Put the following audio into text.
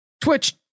Twitch